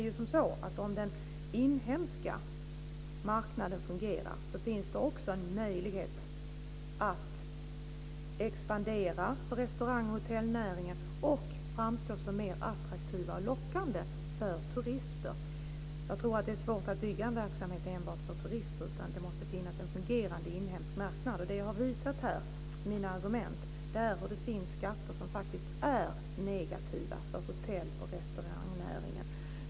Om den inhemska marknaden fungerar finns det också en möjlighet att expandera för restaurang och hotellnäringen och framstå som mer attraktiv och lockande för turister. Jag tror att det är svårt att bygga en verksamhet enbart på turister. Det måste finnas en fungerande inhemsk marknad, och jag har visat här genom mina argument att det finns skatter som faktiskt är negativa för hotell och restaurangnäringen.